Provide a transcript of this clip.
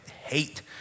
hate